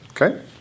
okay